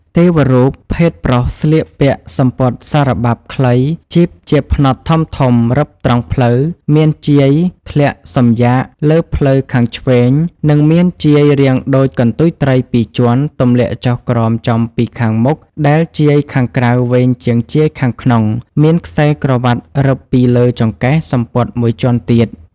ទេវរូបភេទប្រុសស្លៀកពាក់សំពត់សារបាប់ខ្លីជីបជាផ្នត់ធំៗរឹបត្រង់ភ្លៅ មានជាយធ្លាក់សំយាកលើភ្លៅខាងឆ្វេង និង មានជាយរាងដូចកន្ទុយត្រីពីរជាន់ ទម្លាក់ចុះក្រោមចំពីខាងមុខដែលជាយខាងក្រៅវែងជាងជាយខាងក្នុង មានខ្សែក្រវាត់រឹបពីលើចង្កេះសំពត់មួយជាន់ទៀត។